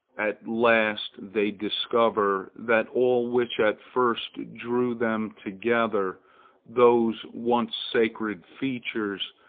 at last they discover that all which at first drew them together those once sacred features,